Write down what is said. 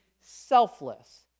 selfless